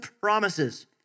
promises